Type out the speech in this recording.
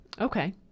Okay